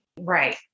Right